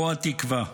פה התקווה.